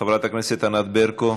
חברת הכנסת ענת ברקו,